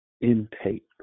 intake